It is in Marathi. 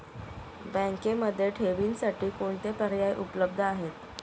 बँकेमध्ये ठेवींसाठी कोणते पर्याय उपलब्ध आहेत?